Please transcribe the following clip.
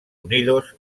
unidos